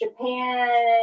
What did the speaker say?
Japan